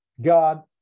God